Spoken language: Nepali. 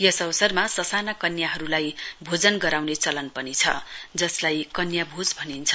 यस अवसरमा ससानाकन्याहरुलाई भोजन गराउने चलन पनि छ जसलाई कन्या भोज भनिन्छ